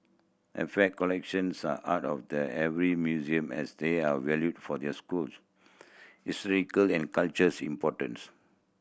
artefact collections are the heart of the every museum as they are valued for their schools historical and cultures importance